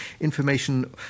information